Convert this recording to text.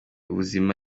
ubuzima